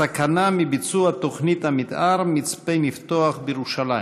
הסכנה בביצוע תוכנית המתאר של מצפה-נפתוח בירושלים.